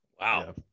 wow